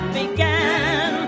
began